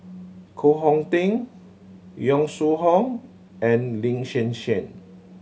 Koh Hong Teng Yong Shu Hoong and Lin Hsin Hsin